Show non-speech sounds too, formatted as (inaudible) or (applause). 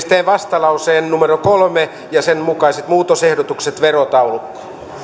(unintelligible) teen vastalauseen kolme mukaiset muutosehdotukset verotaulukkoon